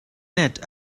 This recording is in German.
nett